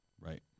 Right